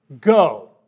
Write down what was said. go